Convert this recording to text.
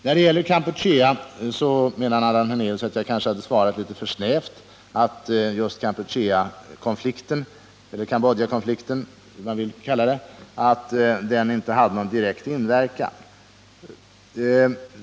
När det gäller Kampucheakonflikten menade Allan Hernelius att jag kanske svarade litet för snävt, när jag sade att just Kampucheakonflikten — eller Cambodjakonflikten, om man vill kalla den så — inte hade någon direkt inverkan.